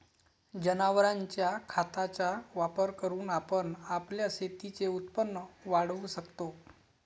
जनावरांच्या खताचा वापर करून आपण आपल्या शेतीचे उत्पन्न वाढवू शकतो